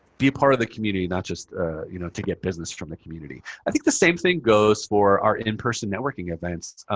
be a part of the community, not just you know to get business from the community. i think the same thing goes for our in-person networking events.